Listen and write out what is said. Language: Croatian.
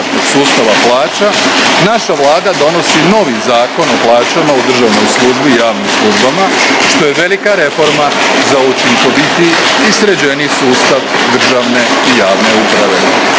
sustava plaća, naša Vlada donosi novi Zakon o plaćama u državnoj službi i javnim službama, što je velika reforma za učinkovitiji i sređeniji sustav državne i javne uprave.